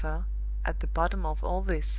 at the bottom of all this,